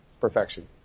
perfection